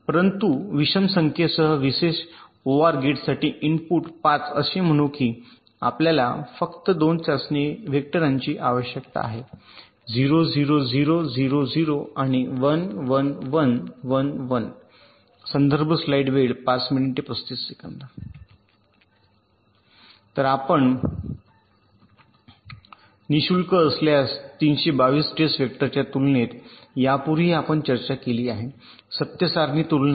परंतु विषम संख्येसह विशेष ओआर गेटसाठी इनपुट 5 असे म्हणू या की आपल्याला फक्त 2 चाचणी व्हेक्टरांची आवश्यकता आहे 0 0 0 0 0 आणि 1 1 1 1 1 तर आपण नि शुल्क असल्यास 32२ टेस्ट व्हेक्टरच्या तुलनेत यापूर्वीही आपण चर्चा केली आहे सत्य सारणी तुलना